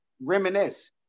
Reminisce